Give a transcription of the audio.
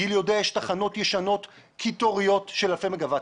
גיל יודע שיש תחנות ישנות קיטוריות של אלפי מגה-ואטים.